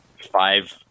five